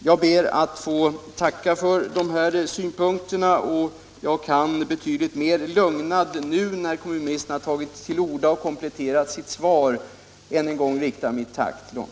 Jag ber att få tacka för kommunministerns synpunkter. Jag kan nu, sedan kommunministern kompletterat sitt svar, betydligt mer lugnad ännu en gång framföra ett tack till honom.